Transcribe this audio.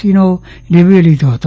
સીનો review લીધો હતો